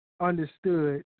understood